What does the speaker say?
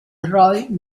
roy